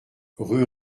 rue